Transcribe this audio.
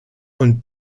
und